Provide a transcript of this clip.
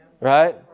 Right